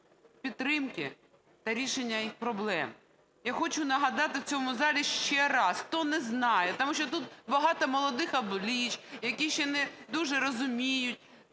підтримки та рішення їх проблем. Я хочу нагадати в цьому залі ще раз, хто не знає, тому що тут багато молодих облич, які ще не дуже розуміють,